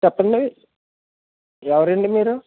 చెప్పండి ఎవరండి మీరు